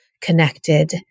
connected